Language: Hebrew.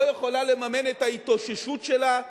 לא יכולה לממן את ההתאוששות שלה,